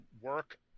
work